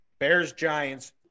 Bears-Giants